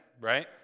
right